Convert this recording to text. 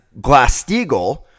Glass-Steagall